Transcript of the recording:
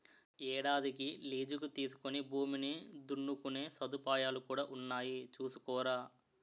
ఏడాదికి లీజుకి తీసుకుని భూమిని దున్నుకునే సదుపాయాలు కూడా ఉన్నాయి చూసుకోరా